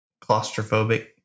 claustrophobic